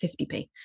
50p